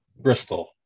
Bristol